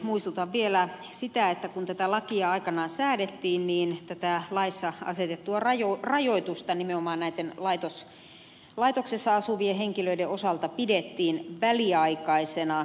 muistutan vielä siitä että kun tätä lakia aikanaan säädettiin niin tätä laissa asetettua rajoitusta nimenomaan laitoksessa asuvien henkilöiden osalta pidettiin väliaikaisena